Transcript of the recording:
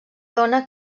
dona